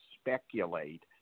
speculate